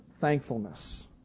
thankfulness